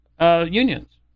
unions